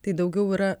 tai daugiau yra